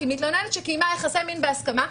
כי מתלוננת שקיימה יחסי מין בהסכמה,